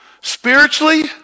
spiritually